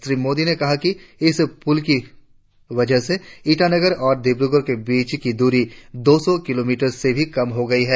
श्री मोदी ने कहा कि इस पुल की वजह से ईटानगर और डिब्रगढ़ के बीच की द्ररी दो सौ किलोमीटर से भी कम हो गई है